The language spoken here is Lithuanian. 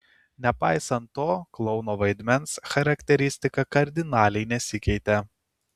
nepaisant to klouno vaidmens charakteristika kardinaliai nesikeitė